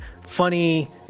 funny